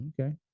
Okay